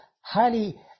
highly